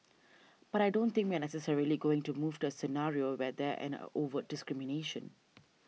but I don't think we are necessarily going to move to a scenario where there an overt discrimination